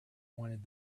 wanted